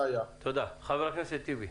חבר הכנסת טיבי,